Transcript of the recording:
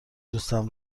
دوستم